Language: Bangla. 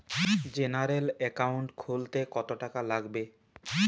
জেনারেল একাউন্ট খুলতে কত টাকা লাগবে?